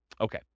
Okay